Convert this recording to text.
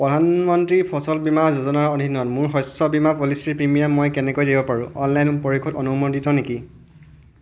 প্ৰধানমন্ত্ৰী ফচল বীমা যোজনাৰ অধীনত মোৰ শস্য বীমা পলিচীৰ প্ৰিমিয়াম মই কেনেকৈ দিব পাৰোঁ অনলাইন পৰিশোধ অনুমোদিত নেকি